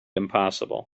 impossible